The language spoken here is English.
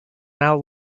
now